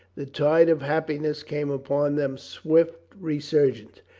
the tide of happiness came upon them swift resurgent.